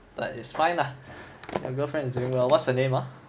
like it's fine lah your girlfriend is doing well what's her name ah